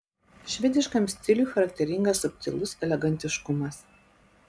švediškam stiliui charakteringas subtilus elegantiškumas